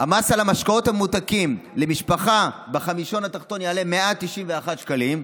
המס על המשקאות הממותקים למשפחה בחמישון התחתון יעלה 191 שקלים,